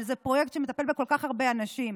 אבל זה פרויקט שמטפל בכל כך הרבה אנשים.